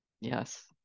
Yes